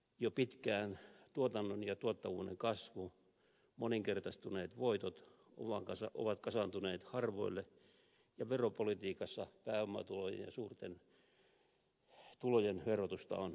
jo pitkään tuotannon ja tuottavuuden kasvu moninkertaistuneet voitot ovat kasaantuneet harvoille ja veropolitiikassa pääomatulojen ja suurten tulojen verotusta on helpotettu